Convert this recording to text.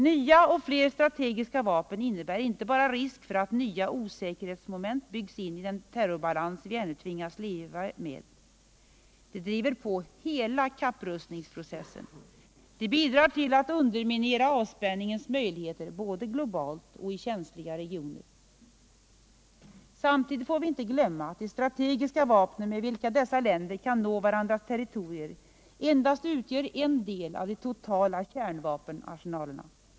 Nya och fler strategiska vapen innebär inte bara risk för att nya osäkerhetsmoment byggs in i den terrorbalans vi ännu tvingas leva med. De driver på hela kapprustningsprocessen. De bidrar till att underminera avspiänningens möjligheter både globalt och I känsliga regioner. Samtidigt får vi inte glömma att de strategiska vapen med vilka dessa länder kan nå varandras territorier endast utgör en del av de totala kärnvapenarsenalerna.